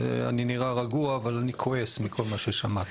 אני נראה רגוע אבל אני כועס מכל מה ששמעתי.